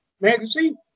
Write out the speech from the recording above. magazine